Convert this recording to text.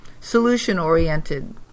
solution-oriented